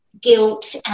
guilt